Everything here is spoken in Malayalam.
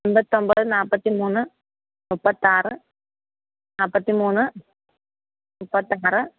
എൺപത്തൊൻപത് നാൽപ്പത്തി മൂന്ന് മുപ്പത്താറ് നാൽപ്പത്തി മൂന്ന് മുപ്പത്താറ്